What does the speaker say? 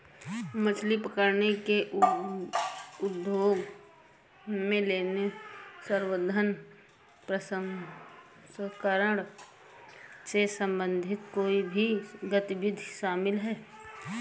मछली पकड़ने के उद्योग में लेने, संवर्धन, प्रसंस्करण से संबंधित कोई भी गतिविधि शामिल है